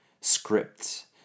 scripts